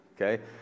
Okay